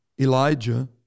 Elijah